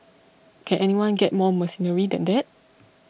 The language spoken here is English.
can anyone get more mercenary than that